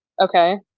Okay